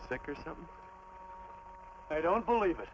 sick or something i don't believe i